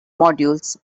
modules